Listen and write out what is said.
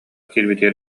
киирбитигэр